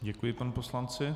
Děkuji panu poslanci.